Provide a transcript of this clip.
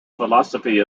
philosophy